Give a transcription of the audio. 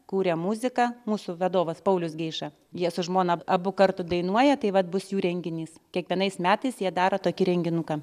kūrė muziką mūsų vadovas paulius geiša jie su žmona abu kartu dainuoja tai vat bus jų renginys kiekvienais metais jie daro tokį renginuką